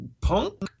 Punk